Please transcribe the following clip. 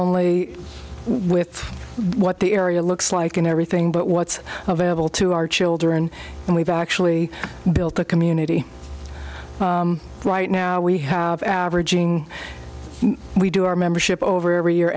only with what the area looks like and everything but what's available to our children and we've actually built a community right now we have averaging we do our membership over every year